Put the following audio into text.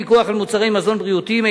פיקוח על מוצרי מזון בריאותיים),